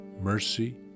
mercy